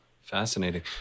Fascinating